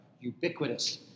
ubiquitous